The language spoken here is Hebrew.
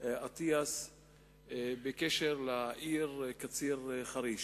אטיאס בקשר לעיר קציר-חריש.